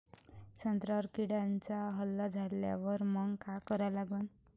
संत्र्यावर किड्यांचा हल्ला झाल्यावर मंग काय करा लागन?